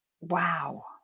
wow